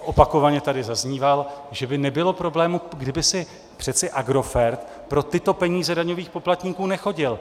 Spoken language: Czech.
Opakovaně tady zaznívalo, že by nebylo problému, kdyby si přece Agrofert pro tyto peníze daňových poplatníků nechodil.